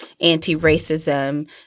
anti-racism